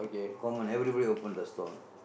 common everybody open the stall